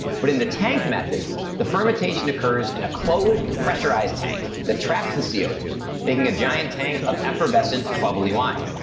but in the tank method the fermentation occurs in a closed, pressurized tank that traps the c o two, making a giant tank of effervescent, bubbly wine.